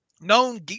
known